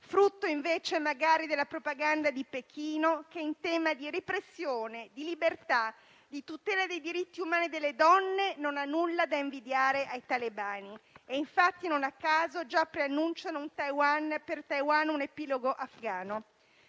frutto della propaganda di Pechino, che in tema di repressione di libertà e di tutela dei diritti umani delle donne non ha nulla da invidiare ai talebani, e infatti non a caso già preannuncia per Taiwan un epilogo afghano.